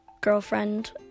girlfriend